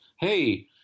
hey